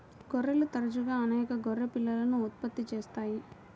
గొర్రెలు తరచుగా అనేక గొర్రె పిల్లలను ఉత్పత్తి చేస్తాయి